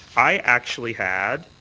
i actually had